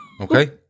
Okay